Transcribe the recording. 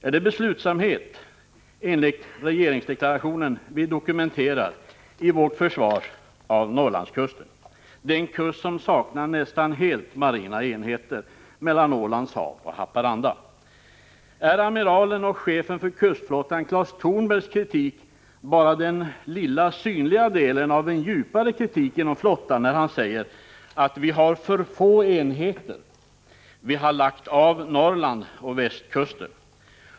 Är det vad som i regeringsdeklarationen 87 kallas beslutsamhet som vi dokumenterar i vårt försvar av Norrlandskusten, den kust som nästan helt saknar marina enheter mellan Ålands hav och Haparanda? Är kritiken från amiralen och chefen för kustflottan Claes Tornberg, när han säger att vi har för få enheter och att vi har lagt av Norrland och västkusten, bara den lilla synliga delen av en djupare kritik inom flottan?